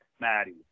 Maddie